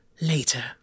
later